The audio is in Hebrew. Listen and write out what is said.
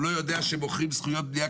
הוא לא יודע שמוכרים זכויות בנייה,